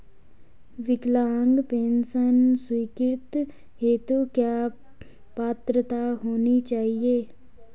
विकलांग पेंशन स्वीकृति हेतु क्या पात्रता होनी चाहिये?